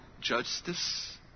justice